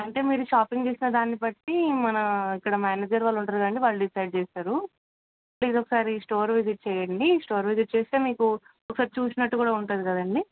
అంటే మీరు షాపింగ్ చేసిన దాన్ని బట్టి మన ఇక్కడ మేనేజర్ వాళ్ళు ఉంటారు కదండీ వాళ్ళు డిసైడ్ చేస్తారు ప్లీజ ఒకసారి స్టోర్ విజిట్ చేయండి స్టోర్ విజిట్ చేస్తే మీకు ఒకసారి చూసినట్టు కూడా ఉంటుంది కదండీ